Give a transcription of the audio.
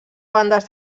bandes